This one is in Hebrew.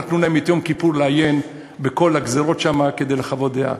נתנו להם את יום כיפור לעיין בכל הגזירות שם כדי לחוות דעה.